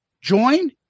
Join